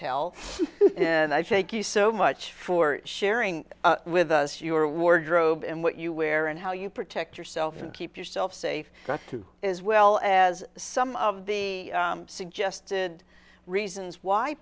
tell and i thank you so much for sharing with us your wardrobe and what you wear and how you protect yourself and keep yourself safe to as well as some of the suggested reasons why